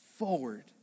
Forward